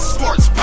Sports